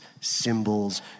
symbols